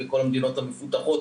בכל המדינות המפותחות.